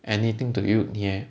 anything to you in the end